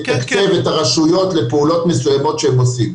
הרשויות לפעולות מסוימות שהם עושים.